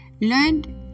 learned